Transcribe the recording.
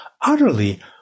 utterly